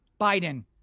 Biden